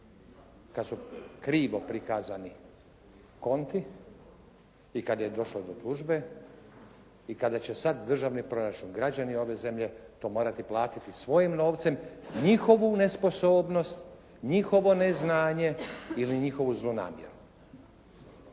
kada su krivo prikazani konti i kada je došlo do tužbe i kada će sada državni proračun, građani ove zemlje, to morati platiti svojim novcem, njihovu nesposobnost, njihovo ne znanje ili njihovu zlonamjernost.